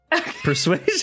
persuasion